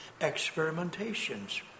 experimentations